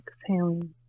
exhaling